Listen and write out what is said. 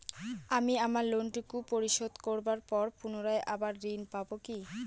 আমি আমার লোন টুকু পরিশোধ করবার পর পুনরায় আবার ঋণ পাবো কি?